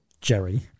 Jerry